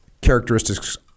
characteristics